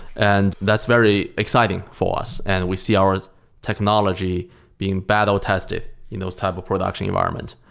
and that's very exciting for us, and we see our technology being battle tested in those type of production environment.